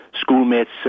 schoolmates